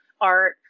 art